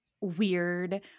weird